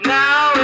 now